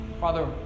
Father